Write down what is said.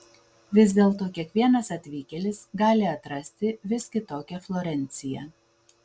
vis dėlto kiekvienas atvykėlis gali atrasti vis kitokią florenciją